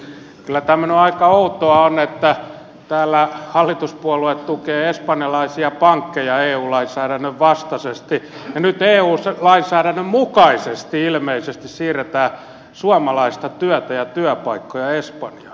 kyllä tämmöinen aika outoa on että täällä hallituspuolueet tukevat espanjalaisia pankkeja eu lainsäädännön vastaisesti ja nyt eu lainsäädännön mukaisesti ilmeisesti siirretään suomalaista työtä ja työpaikkoja espanjaan